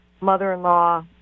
mother-in-law